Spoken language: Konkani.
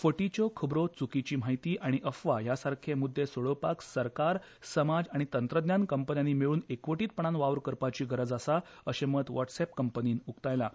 फाटीच्यो खबरो चुकीची म्हायती आनी अफवा ह्यासारके मुद्दे सोडोवपाक सरकार समाज आनी तंत्रज्ञान कंपन्यांनी मेळून एकवोटीत पणान वावर करपाची गरज आसा अशें मत वॉट्सअॅप कंपनीन उक्तायलां